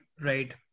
right